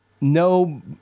No